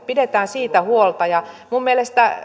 pidetään siitä huolta ja minun mielestäni